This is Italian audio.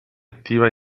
attiva